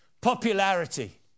Popularity